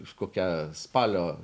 kažkokia spalio